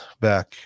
back